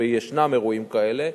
וישנם אירועים כאלה,